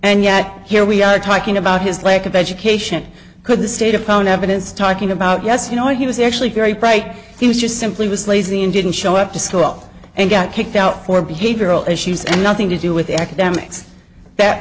and yet here we are talking about his lack of education could the state of phone evidence talking about yes you know he was actually very bright he was just simply was lazy and didn't show up to school and got kicked out for behavioral issues and nothing to do with academics that